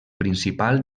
principal